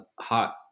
hot